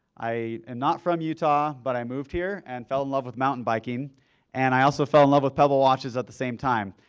i am and not from utah but i moved here and fell in love with mountain biking and i also fell in love with pebble watches at the same time.